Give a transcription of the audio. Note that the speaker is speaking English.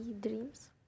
dreams